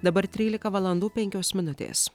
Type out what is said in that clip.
dabar trylika valandų penkios minutės